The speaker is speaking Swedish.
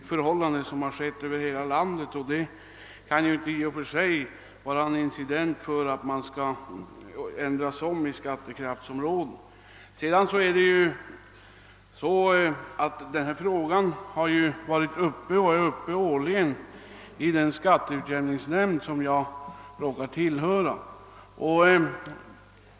Men det är ju något som har skett över hela landet, och det kan alltså inte i och för sig vara anledning att ändra på skattekraftsområdena. Denna fråga är årligen uppe till behandling i den skatteutjämningsnämnd som jag tillhör.